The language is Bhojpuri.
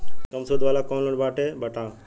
कम सूद वाला कौन लोन बाटे बताव?